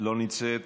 לא נמצאת.